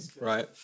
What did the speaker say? right